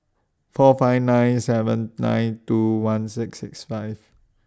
four five nine seven nine two one six six five